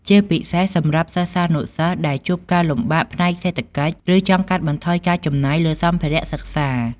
ជាពិសេសសម្រាប់សិស្សានុសិស្សដែលជួបការលំបាកផ្នែកសេដ្ឋកិច្ច ឬចង់កាត់បន្ថយការចំណាយលើសម្ភារៈសិក្សា។